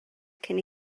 cyn